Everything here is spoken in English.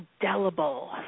indelible